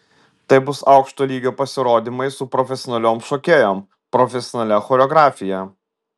tai bus aukšto lygio pasirodymai su profesionaliom šokėjom profesionalia choreografija